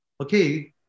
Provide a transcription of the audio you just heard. Okay